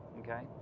okay